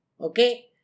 Okay